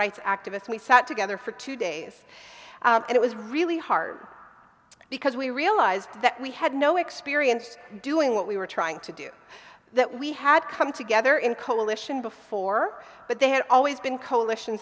rights activists and we sat together for two days and it was really hard because we realized that we had no experience doing what we were trying to do that we had come together in coalition before but they had always been coalitions